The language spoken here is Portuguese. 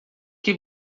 que